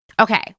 Okay